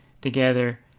together